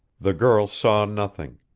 the girl saw nothing,